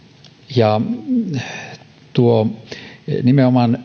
ja otettaisiin käyttöön nimenomaan